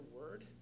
word